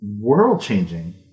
world-changing